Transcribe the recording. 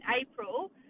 April